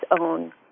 own